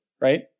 Right